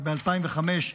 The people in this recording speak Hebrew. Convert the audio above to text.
וב-2005,